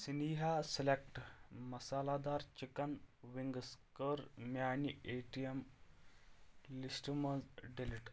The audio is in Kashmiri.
سنیہا سٮ۪لٮ۪کٹ مسالہ دار چِکن وِنٛگس کر میانہِ اے ٹی ایم لسٹ منٛز ڈِلیٖٹ